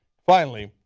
finally,